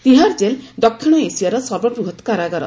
Tihar jail ଦକ୍ଷିଣ ଏସିଆର ସର୍ବବୃହତ କାରାଗାର